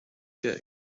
get